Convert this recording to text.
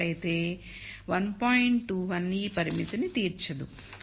21 ఈ పరిమితిని తీర్చదు